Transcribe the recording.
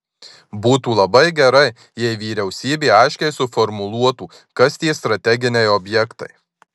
būtų labai gerai jei vyriausybė aiškiai suformuluotų kas tie strateginiai objektai